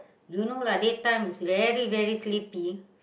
you know lah day time is very very sleepy